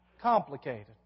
complicated